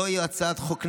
זוהי הצעת חוק נכונה,